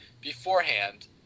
beforehand